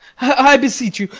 i beseech you,